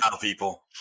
people